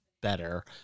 better